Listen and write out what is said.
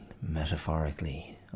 Metaphorically